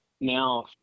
now